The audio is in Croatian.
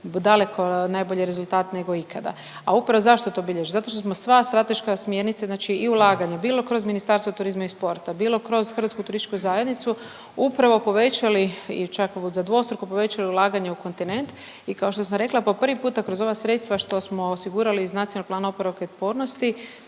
daleko najbolji rezultat nego ikada. A upravo zašto to bilježi? Zato što smo sva strateška smjernice, znači i ulaganja bilo kroz Ministarstvo turizma i sporta, bilo kroz HTZ, upravo povećali ili čak za dvostruko povećali ulaganje u kontinent i kao što sam rekla po prvi puta kroz ova sredstva što smo osigurali iz NPOO-a jedan veliki segment